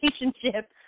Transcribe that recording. relationship